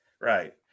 right